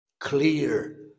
Clear